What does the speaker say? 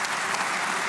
הסימולטני: